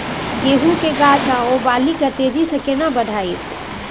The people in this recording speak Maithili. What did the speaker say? गेहूं के गाछ ओ बाली के तेजी से केना बढ़ाइब?